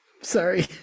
Sorry